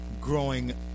growing